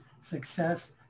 success